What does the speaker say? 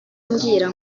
ambwira